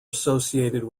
associated